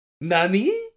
Nani